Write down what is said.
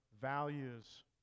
values